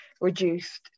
reduced